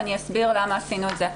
אסביר למה עשינו את זה.